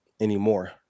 anymore